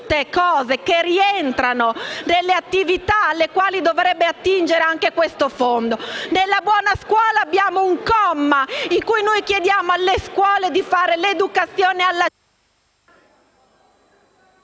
tutte cose che rientrano tra le attività alle quali dovrebbe attingere anche questo fondo. Nella buona scuola abbiamo un comma in cui noi chiediamo alle scuole di fare l'educazione alla